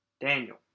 Daniel